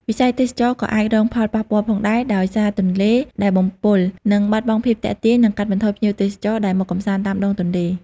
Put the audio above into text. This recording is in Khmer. វិស័យទេសចរណ៍ក៏អាចរងផលប៉ះពាល់ផងដែរ ដោយសារទន្លេដែលបំពុលនឹងបាត់បង់ភាពទាក់ទាញ និងកាត់បន្ថយភ្ញៀវទេសចរដែលមកកម្សាន្តតាមដងទន្លេ។